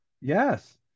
Yes